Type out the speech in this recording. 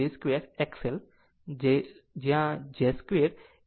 તો jj 2 XL j 2 છે 1